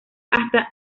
hasta